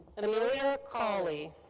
and amelia cawley.